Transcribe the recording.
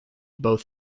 both